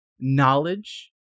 knowledge